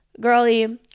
girly